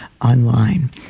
online